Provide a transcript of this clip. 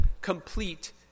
complete